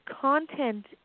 content